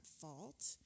fault